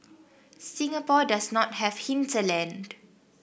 Singapore does not have hinterland